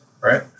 Right